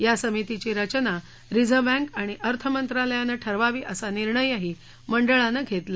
या समितीची रचना रिझर्व्ह बँक आणि अर्थमंत्रालयानं ठरवावी असा निर्णयही मंडळानं घेतला